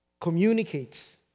communicates